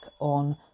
on